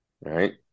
Right